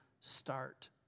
start